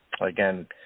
Again